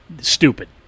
stupid